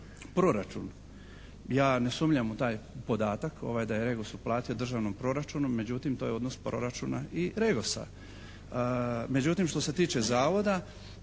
proračun. Ja ne sumnjam u taj podatak da je REGOS uplatio državnom proračunu, međutim to je odnos proračuna i REGOS-a.